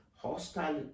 Hostile